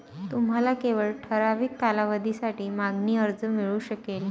तुम्हाला केवळ ठराविक कालावधीसाठी मागणी कर्ज मिळू शकेल